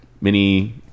mini